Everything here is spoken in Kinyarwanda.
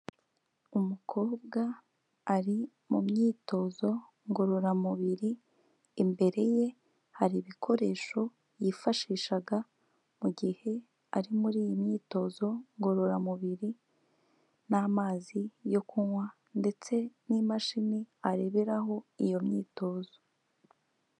Umukobwa ari mu myitozo ngororamubiri, imbere ye hari ibikoresho yifashishaga mu gihe ari muri iyi myitozo ngororamubiri n'amazi yo kunywa ndetse n'imashini areberaho iyo myitozo.